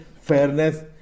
fairness